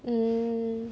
mm